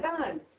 done